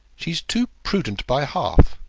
she's too prudent by half.